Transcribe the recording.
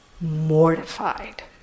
mortified